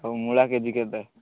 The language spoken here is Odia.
ଆଉ ମୂଳା କେ ଜି କେତେ